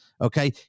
Okay